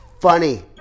funny